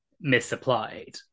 misapplied